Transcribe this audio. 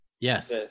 yes